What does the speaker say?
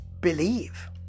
believe